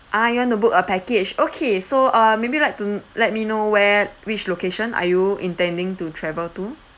ah you want to book a package okay so uh maybe you like to let me know where which location are you intending to travel to